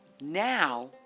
now